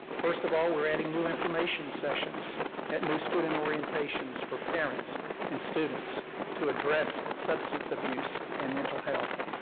first of all, we're adding new information sessions at new student orientations for parents and students to address substance abuse and mental health.